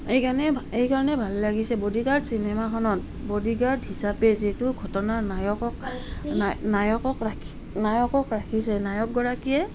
এইকাৰণে এইকাৰণে ভাল লাগিছে বডিগাৰ্ড চিনেমাখনত বডিগাৰ্ড হিচাপে যিটো ঘটনা নায়কক নায়কক নায়কক ৰাখিছে নায়ক গৰাকীয়ে